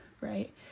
right